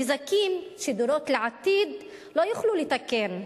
נזקים שדורות לעתיד לא יוכלו לתקן.